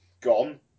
gone